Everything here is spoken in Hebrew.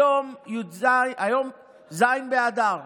היום ז' באדר,